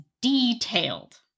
detailed